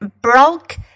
broke